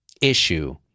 issue